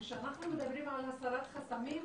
כשאנחנו מדברים על הסרת חסמים,